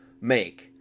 make